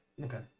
Okay